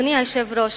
אדוני היושב-ראש,